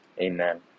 Amen